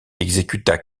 exécuta